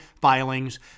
filings